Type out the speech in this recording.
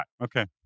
Okay